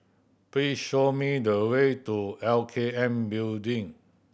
please show me the way to L K N Building